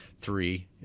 three